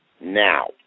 Now